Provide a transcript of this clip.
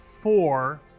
four